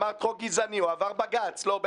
אמרת חוק גזעני, אבל הוא עבר בג"ץ, לא?